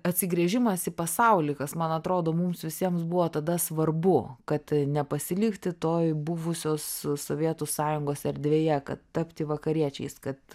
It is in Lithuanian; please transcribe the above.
atsigręžimas į pasaulį kas man atrodo mums visiems buvo tada svarbu kad nepasilikti toj buvusios sovietų sąjungos erdvėje kad tapti vakariečiais kad